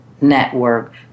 Network